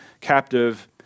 captive